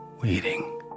Waiting